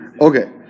Okay